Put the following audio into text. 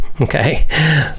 Okay